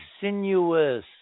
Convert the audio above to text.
sinuous